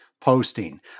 posting